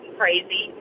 crazy